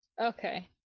Okay